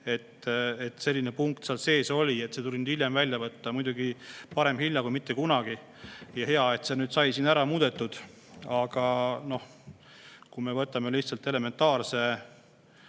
et selline punkt seal sees oli. See tuli hiljem välja võtta – muidugi parem hilja kui mitte kunagi. Ja hea, et see sai siin ära muudetud. Aga kui me võtame lihtsalt elementaarse